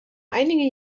einige